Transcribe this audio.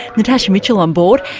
natasha mitchell on board.